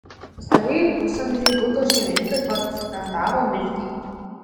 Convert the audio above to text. pastarieji pusamžei buto šeimininkei konstatavo mirtį